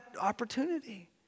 opportunity